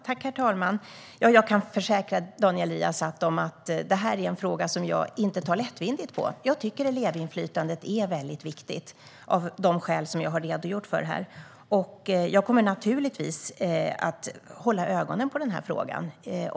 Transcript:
Herr talman! Jag kan försäkra Daniel Riazat om att detta är en fråga jag inte tar lättvindigt på. Jag tycker att elevinflytandet är väldigt viktigt av de skäl jag har redogjort för här. Jag kommer naturligtvis att hålla ögonen på denna fråga.